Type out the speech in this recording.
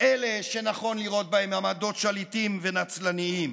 אלה שנכון לראות בהם מעמדות שליטים ונצלניים.